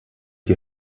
die